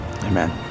Amen